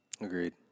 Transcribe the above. Agreed